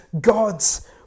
God's